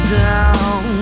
down